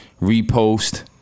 repost